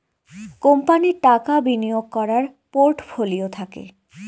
কোম্পানির টাকা বিনিয়োগ করার পোর্টফোলিও থাকে